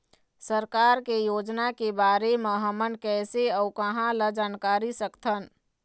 सरकार के योजना के बारे म हमन कैसे अऊ कहां ल जानकारी सकथन?